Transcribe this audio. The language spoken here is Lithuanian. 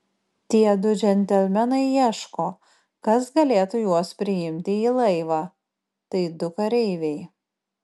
tie du džentelmenai ieško kas galėtų juos priimti į laivą tai du kareiviai